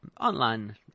online